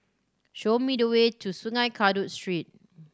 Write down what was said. show me the way to Sungei Kadut Street